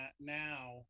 now